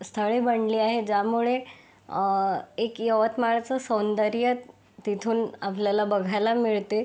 स्थळे बनले आहे ज्यामुळे एक यवतमाळचं सौंदर्य तिथून आपल्याला बघायला मिळते